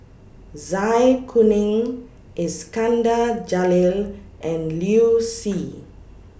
Zai Kuning Iskandar Jalil and Liu Si